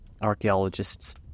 Archaeologists